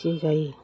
खुसि जायो